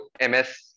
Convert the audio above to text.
MS